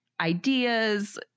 ideas